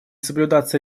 соблюдаться